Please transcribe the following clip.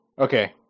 Okay